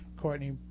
Courtney